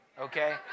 okay